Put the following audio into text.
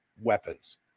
weapons